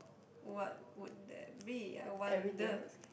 what would that be I wonder